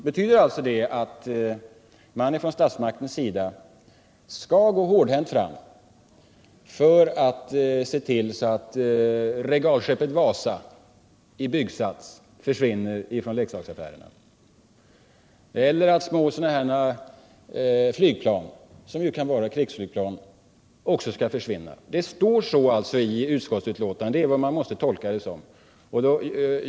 Betyderalltså det att man från statsmaktens sida skall gå hårdhänt fram för att se till att regalskeppet Wasa i byggsats försvinner från leksaksaffärerna och att små flygplan, som ju kan vara krigsflygplan, också skall försvinna? Detta står alltså i utskottsbetänkandet — det är så man måste tolka det.